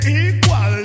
equal